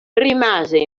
rimase